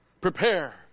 prepare